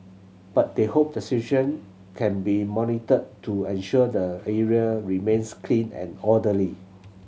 but they hope the situation can be monitored to ensure the area remains clean and orderly